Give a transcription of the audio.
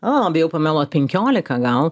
o bijau pameluoti penkiolika gal